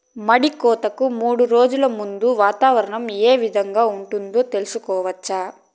మడి కోతలకు మూడు రోజులు ముందుగా వాతావరణం ఏ విధంగా ఉంటుంది, తెలుసుకోవచ్చా?